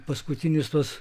paskutinius tuos